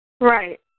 Right